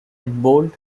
bold